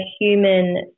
human